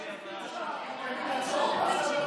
אחרי שהבקיעו שער מבקשים לעצור.